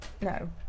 No